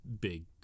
big